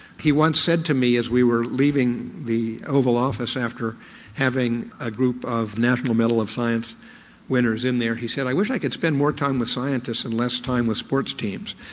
he once said to me as we were leaving the oval office after having a group of national medal of science winners in there, he said, i wish i could spend more time with scientists and less time with sports teams.